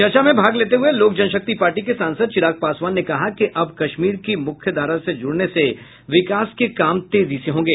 चर्चा में भाग लेते हुए लोक जनशक्ति पार्टी के सांसद चिराग पासवान ने कहा कि अब कश्मीर के मुख्यधारा में जुड़ने से विकास के काम तेजी से होंगे